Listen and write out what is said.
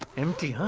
empty,